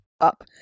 up